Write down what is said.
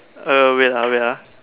uh wait ah wait ah